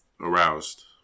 aroused